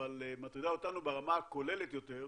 אבל מטרידה אותנו ברמה הכוללת יותר,